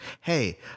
Hey